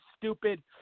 stupid